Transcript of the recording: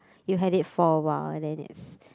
you had a for awhile and then it's